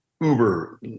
Uber